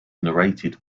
narrated